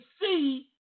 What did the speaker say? see